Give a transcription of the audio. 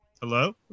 Hello